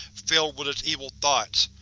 filled with its evil thoughts,